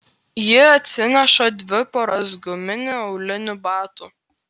ji atsineša dvi poras guminių aulinių batų